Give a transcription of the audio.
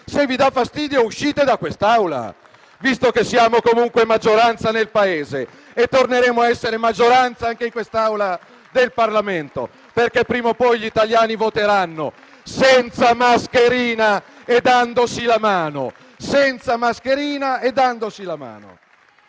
Se vi dà fastidio, uscite da quest'Aula, visto che siamo comunque maggioranza nel Paese e torneremo a essere maggioranza anche in quest'Assemblea del Parlamento. Perché prima o poi gli italiani voteranno, senza mascherina e dandosi la mano.